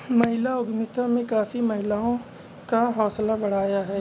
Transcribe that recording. महिला उद्यमिता ने काफी महिलाओं का हौसला बढ़ाया है